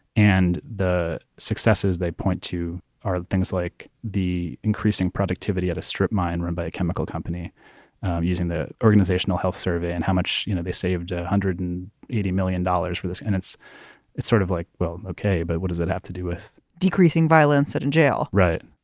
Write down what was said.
and the successes they point to are things like the increasing productivity at a strip mine run by a chemical company using the organizational health survey and how much you know, they saved. ah hundred and eighty million dollars for this. and it's it's sort of like, well, okay, but what does it have to do with decreasing violence that in jail? right.